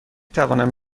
توانم